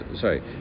Sorry